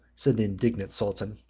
said the indignant sultan,